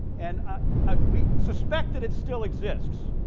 and ah ah we suspect that it still exists.